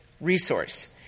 resource